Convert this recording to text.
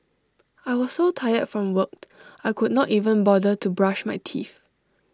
I was so tired from worked I could not even bother to brush my teeth